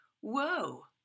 whoa